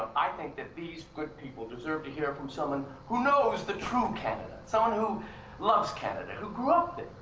i think that these good people deseve to hear it from someone who knows the true canada, someone who loves canada, who grew up there.